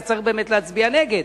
אז צריך באמת להצביע נגד.